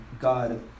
God